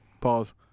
Pause